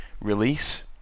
release